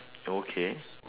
okay